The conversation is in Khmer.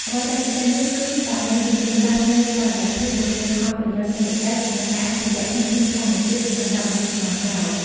អ្វីដែលពិសេសនោះ គឺដើម្បីធានាបាននូវតុល្យភាពរវាងផលប្រយោជន៍សេដ្ឋកិច្ច និងការអភិរក្សធនធានធម្មជាតិសម្រាប់មនុស្សជំនាន់ក្រោយ។